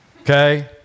okay